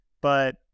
But-